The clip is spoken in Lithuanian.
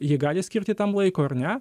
jie gali skirti tam laiko ar ne